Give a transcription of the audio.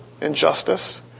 injustice